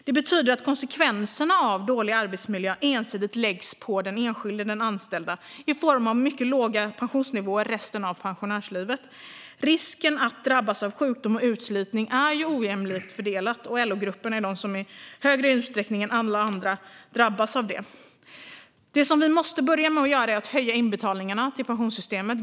Det betyder att konsekvenserna av dålig arbetsmiljö ensidigt läggs på den enskilda anställda i form av mycket låga pensionsnivåer resten av pensionärslivet. Risken att drabbas av sjukdom och utslitning är ojämlikt fördelad, och LO-gruppen drabbas i högre utsträckning än andra grupper. Det som vi måste börja med är att höja inbetalningarna till pensionssystemet.